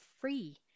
free